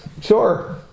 Sure